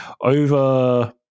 Over